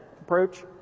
approach